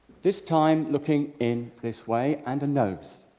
this time looking in this way and a nose.